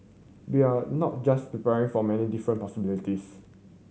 bell not just preparing for many different possibilities